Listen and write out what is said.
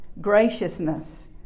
graciousness